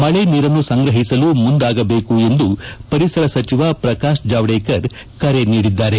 ಮಳೆ ನೀರನ್ನು ಸಂಗ್ರಹಿಸಲು ಮುಂದಾಗಬೇಕು ಎಂದು ಪರಿಸರ ಸಚಿವ ಪ್ರಕಾಶ್ ಜಾವಡೇಕರ್ ಕರೆ ನೀಡಿದ್ದಾರೆ